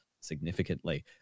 significantly